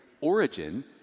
origin